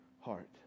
heart